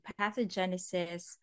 pathogenesis